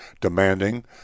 demanding